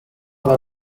than